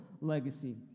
legacy